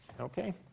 Okay